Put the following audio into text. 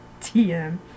TM